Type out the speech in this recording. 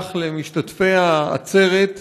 שלח למשתתפי העצרת ברכה,